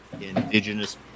indigenous